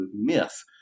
myth